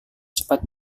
cepat